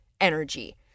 energy